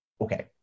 Okay